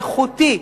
איכותי,